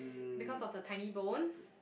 because of the tiny bones